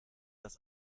das